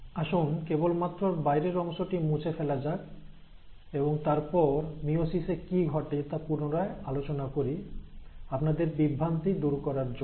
আসুন কেবলমাত্র বাইরের অংশটি মুছে ফেলা যাক এবং তারপর মিয়োসিসে কি ঘটে তা পুনরায় আলোচনা করি আপনাদের বিভ্রান্তি দূর করার জন্য